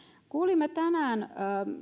kuulimme tänään